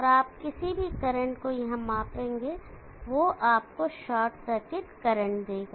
तो आप किसी भी करंट को यहां मापेंगे वह आपको शॉर्ट सर्किट करंट देगा